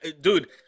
Dude